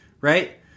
Right